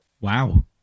Wow